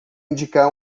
indicar